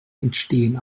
entstehen